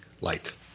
light